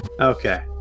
Okay